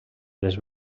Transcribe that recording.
les